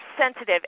sensitive